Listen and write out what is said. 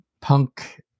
punk